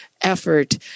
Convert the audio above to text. effort